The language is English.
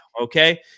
okay